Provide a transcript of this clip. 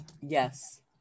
Yes